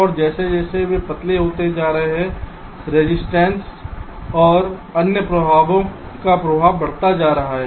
और जैसे जैसे वे पतले होते जा रहे हैं रजिस्टेंसक और अन्य प्रभावों का प्रभाव बढ़ता जा रहा है